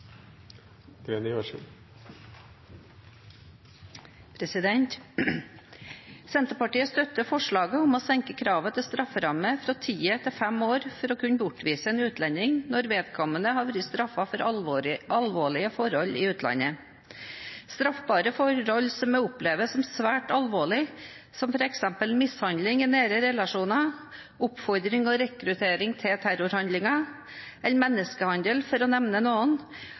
Senterpartiet støtter forslaget om å senke kravet til strafferamme fra ti til fem år for å kunne bortvise en utlending når vedkommende har vært straffet for alvorlige forhold i utlandet. Straffbare forhold som vi opplever som svært alvorlige, som f.eks. mishandling i nære relasjoner, oppfordring og rekruttering til terrorhandlinger, eller menneskehandel, for å nevne noen,